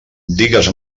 digues